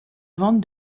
ventes